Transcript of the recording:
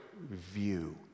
view